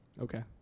Okay